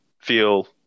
feel